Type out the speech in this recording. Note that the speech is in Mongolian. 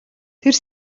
тэр